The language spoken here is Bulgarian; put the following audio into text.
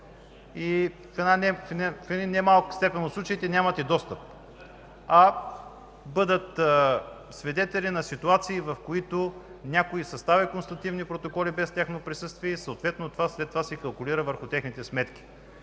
и в една немалка степен от случаите нямат достъп и да бъдат свидетели на ситуации, в които някой съставя констативни протоколи без тяхното присъствие, след което съответно това се калкулира в техните сметки.